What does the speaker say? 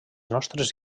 nostres